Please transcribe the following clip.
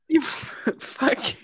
fuck